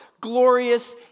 glorious